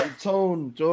Tone